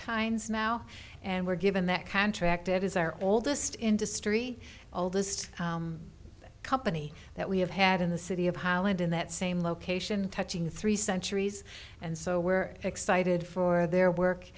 kinds now and we're given that contract it is our oldest industry all this company that we have had in the city of holland in that same location touching three centuries and so we're excited for their work